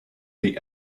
they